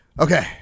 Okay